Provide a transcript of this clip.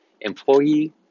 employee